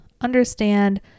understand